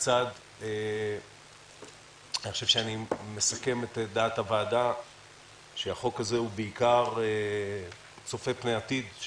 אני חושב שאני מסכם את דעת הוועדה שהחוק הזה הוא בעיקר צופה פני עתיד.